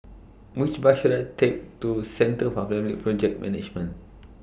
Which Bus should I Take to Centre For Public Project Management